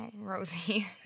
Rosie